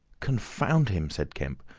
confound him! said kemp.